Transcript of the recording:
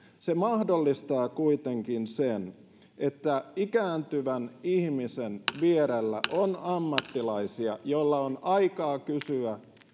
se mahdollistaa kuitenkin sen että ikääntyvän ihmisen vierellä on ammattilaisia joilla on enemmän aikaa kysyä